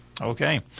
Okay